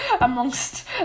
Amongst